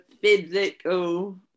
physical